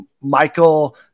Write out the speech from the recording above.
Michael –